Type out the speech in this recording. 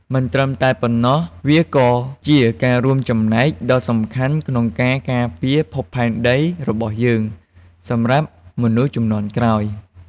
មិនត្រឹមតែប៉ុណ្ណោះ វាក៏ជាការរួមចំណែកដ៏សំខាន់ក្នុងការ ការពារភពផែនដីរបស់យើង សម្រាប់មនុស្សជំនាន់ក្រោយ។